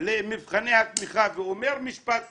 למבחני התמיכה, ואומר משפט כזה,